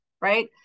right